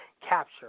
capture